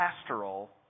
pastoral